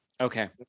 Okay